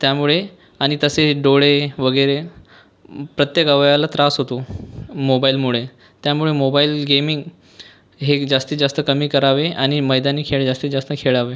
त्यामुळे आणि तसे डोळे वगैरे प्रत्येक अवयवाला त्रास होतो मोबाईलमुळे त्यामुळे मोबाईल गेमिंग हे जास्तीत जास्त कमी करावे आणि मैदानी खेळ जास्तीत जास्त खेळावे